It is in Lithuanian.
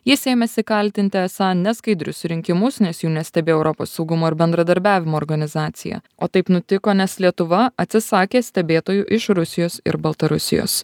jis ėmėsi kaltinti esą neskaidrius rinkimus nes jų nestebi europos saugumo ir bendradarbiavimo organizacija o taip nutiko nes lietuva atsisakė stebėtojų iš rusijos ir baltarusijos